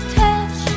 touch